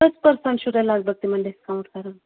کٔژ پٔرسنٛٹ چھُو تۄہہِ لگ بگ تِمن ڈِسکاوُنٛٹ کران